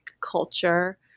culture